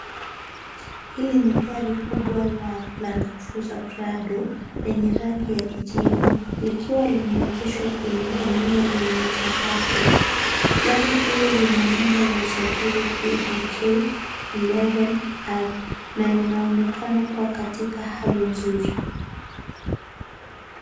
Hili ni gari kubwa la Landcruiser Prado lenye rangi ya kijivu likiwa limeegeshwa kwenye eneo lenye charagwe. Gari hili lina namba ya usajili KDK 11R na linaonekana kuwa katika hali nzuri.